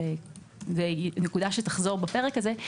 וזאת נקודה שתחזור בפרק הזה.